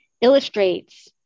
illustrates